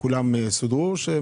כולם מסודרים?